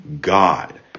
God